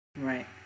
Right